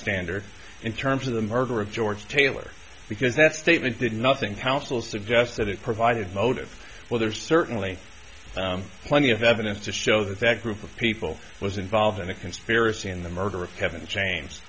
standard in terms of the murder of george taylor because that statement did nothing counsel suggest that it provided motive well there's certainly plenty of evidence to show that that group of people was involved in a conspiracy in the murder of kevin james